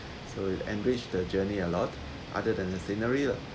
so it enrich the journey a lot other than the scenery lah